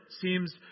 seems